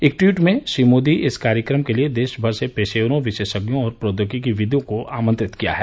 एक ट्वीट में श्री मोदी ने इस कार्यक्रम के लिए देश भर से पेशेवरों विशेषज्ञों और प्रौद्यागिकीविदों को आमंत्रित किया है